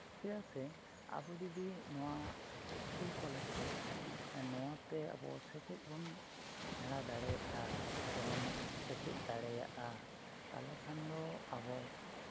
ᱪᱮᱫᱟᱜ ᱥᱮ ᱟᱵᱚ ᱡᱩᱫᱤ ᱱᱚᱣᱟ ᱥᱠᱩᱞ ᱠᱚᱞᱮᱡᱽ ᱨᱮ ᱱᱚᱣᱟᱛᱮ ᱟᱵᱚ ᱥᱮᱪᱮᱫ ᱵᱚᱱ ᱥᱮᱬᱟ ᱫᱟᱲᱮᱭᱟᱜᱼᱟ ᱥᱮᱵᱚᱱ ᱥᱮᱪᱮᱫ ᱫᱟᱲᱮᱭᱟᱜᱼᱟ ᱛᱟᱦᱚᱞᱮ ᱠᱷᱟᱱᱫᱚ ᱟᱵᱚ